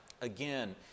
Again